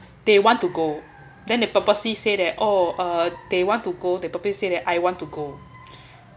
they want to go then they purposely say that oh uh they want to go they purposely say that I want to go